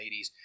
80s